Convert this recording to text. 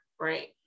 right